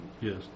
Yes